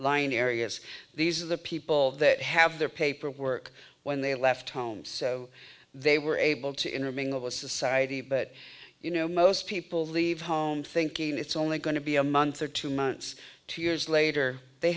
lying areas these are the people that have their paperwork when they left home so they were able to intermingle with society but you know most people leave home thinking it's only going to be a month or two months two years later they